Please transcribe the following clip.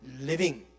living